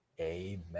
Amen